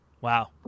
Wow